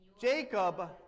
Jacob